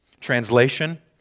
Translation